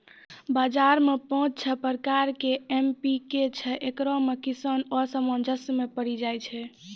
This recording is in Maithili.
बाजार मे पाँच छह प्रकार के एम.पी.के छैय, इकरो मे किसान असमंजस मे पड़ी जाय छैय?